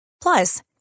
Plus